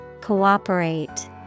Cooperate